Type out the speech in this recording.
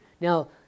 Now